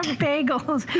bagels.